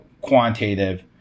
quantitative